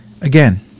Again